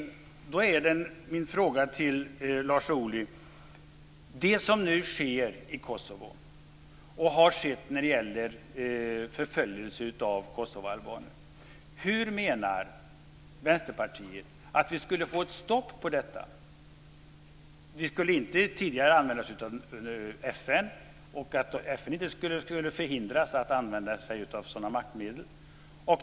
Hur menar Vänsterpartiet att vi skulle få ett stopp på det som nu sker i Kosovo och det som har skett i form av förföljelser av kosovoalbaner? Tidigare skulle vi inte använda oss av FN. FN skulle förhindras använda sådana maktmedel.